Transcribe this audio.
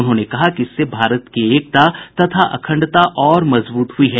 उन्होंने कहा कि इससे भारत की एकता तथा अखंडता और मजबूत हुई है